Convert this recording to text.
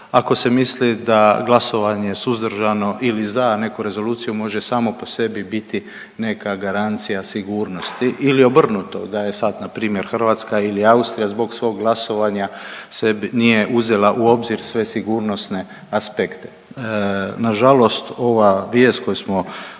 ako se misli da glasovanje suzdržano ili za neku rezoluciju može samo po sebi biti neka garancija sigurnosti ili obrnuto. Da je sad npr. Hrvatska ili Austrija zbog svog glasovanja se nije uzela u obzir sve sigurnosne aspekte. Nažalost ova vijest koju smo iz